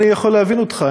אני יכול להבין אותך,